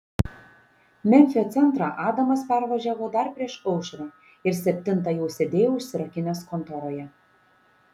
memfio centrą adamas pervažiavo dar prieš aušrą ir septintą jau sėdėjo užsirakinęs kontoroje